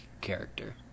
character